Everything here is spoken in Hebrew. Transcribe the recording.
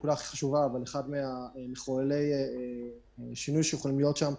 זה אחד מחוללי השינוי שיכולים להיות שם.